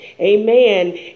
Amen